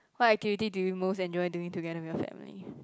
what activity do you most enjoy doing together with your family